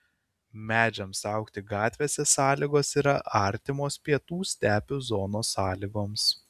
medžiams augti gatvėse sąlygos yra artimos pietų stepių zonos sąlygoms